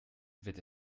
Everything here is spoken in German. wird